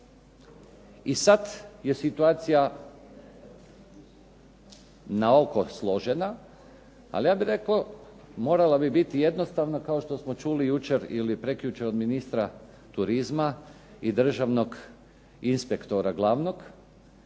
I sad je situacija na oko složena, ali ja bih rekao morala bi biti jednostavna kao što smo čuli jučer ili prekjučer od ministra turizma i državnog inspektora glavnog,